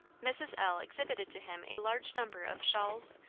mrs. l. exhibited to him a large number of shawls,